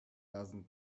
doesn’t